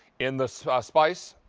in the so ah spice,